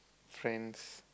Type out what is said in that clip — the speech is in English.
friends